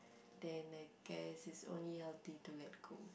then I guess it's only healthy to let go